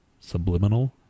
Subliminal